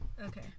Okay